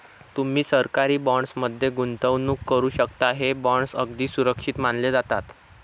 तुम्ही सरकारी बॉण्ड्स मध्ये गुंतवणूक करू शकता, हे बॉण्ड्स अगदी सुरक्षित मानले जातात